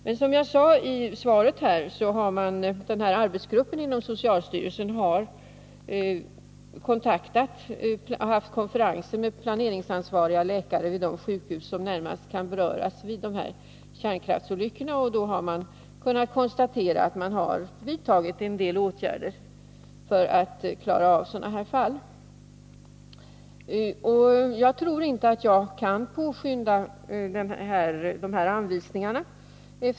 Men som jag sade i svaret har arbetsgruppen inom socialstyrelsen haft konferenser med planeringsansvariga läkare vid de sjukhus som närmast kan beröras vid kärnkraftsolyckor, och då har man kunnat konstatera att det vidtagits en del åtgärder för att klara av sådana här fall. Jag tror inte att jag kan påskynda anvisningarna.